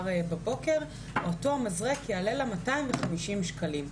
אותו מזרק יעלה לה 250 שקלים.